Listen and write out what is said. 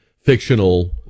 fictional